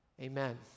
Amen